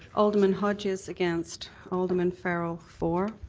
alderman hodges against, alderman farrell for,